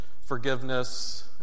forgiveness